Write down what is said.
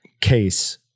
case